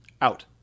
Out